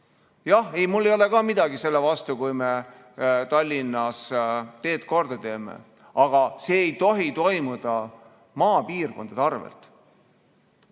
Jah, ega mul ei ole midagi selle vastu, kui me Tallinnas teed korda teeme, aga see ei tohi toimuda maapiirkondade arvel.